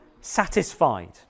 satisfied